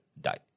die